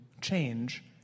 change